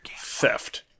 Theft